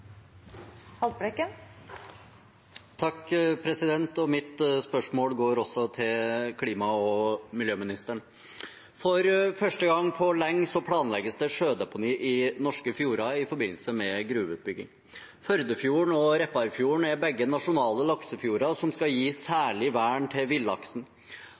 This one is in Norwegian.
Mitt spørsmål går også til klima- og miljøministeren. For første gang på lenge planlegges det sjødeponier i norske fjorder i forbindelse med gruveutbygging. Førdefjorden og Repparfjorden er begge nasjonale laksefjorder som skal gi særlig vern til villaksen.